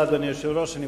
תודה, אדוני היושב-ראש.